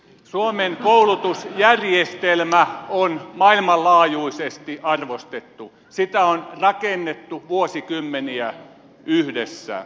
suomen koulutusjärjestelmä on maailmanlaajuisesti arvostettu sitä on rakennettu vuosikymmeniä yhdessä